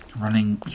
running